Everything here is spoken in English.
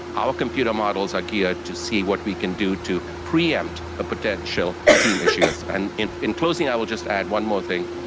our computer models are geared to see what we can do to pre-empt a potential team issue. and in in closing i will just add one more thing.